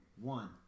one